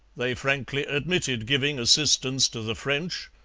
they frankly admitted giving assistance to the french,